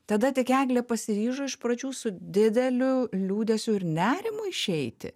tada tik eglė pasiryžo iš pradžių su dideliu liūdesiu ir nerimu išeiti